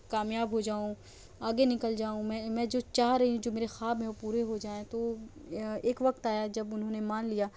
کامیاب ہو جاؤں آگے نکل جاؤں میں میں جو چاہ رہی ہوں جو میرے خواب ہیں وہ پورے ہو جائیں تو ایک وقت آیا جب انہوں نے مان لیا